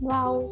Wow